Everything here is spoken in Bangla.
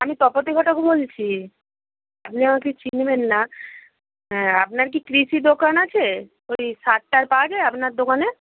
আমি তপতী ঘটক বলছি আপনি আমাকে চিনবেন না হ্যাঁ আপনার কি কৃষি দোকান আছে ওই সার টার পাওয়া যায় আপনার দোকানে